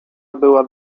byłaby